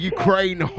Ukraine